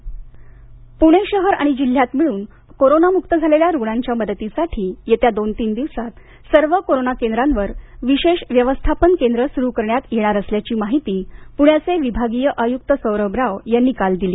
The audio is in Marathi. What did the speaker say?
प्रणे कोरोना पुणे शहर आणि जिल्ह्यात मिळून कोरोनमुक्त झालेल्या रुग्णांच्या मदतीसाठी येत्या दोन तीन दिवसात सर्व कोरोना केंद्रांवर विशेष व्यवस्थापन केंद्र सुरु करण्यात येणार असल्याची माहिती पूण्याचे विभागीय आयुक्त सौरभ राव यांनी काल दिली